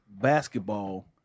basketball